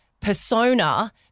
persona